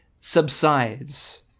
subsides